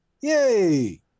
Yay